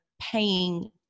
paying